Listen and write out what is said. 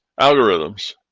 algorithms